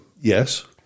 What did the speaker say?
yes